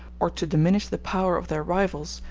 or to diminish the power of their rivals,